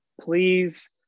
please